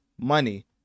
money